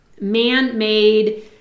man-made